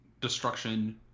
destruction